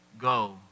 go